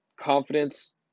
confidence